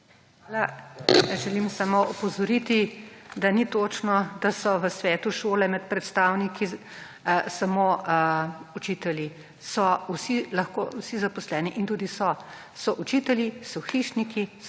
Hvala. Želim samo opozoriti, da ni točno, da so v svetu šole med predstavniki samo učitelji. So vsi, lahko, vsi zaposleni in tudi so. So učitelji, so hišniki, so